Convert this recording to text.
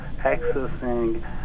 accessing